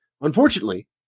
Unfortunately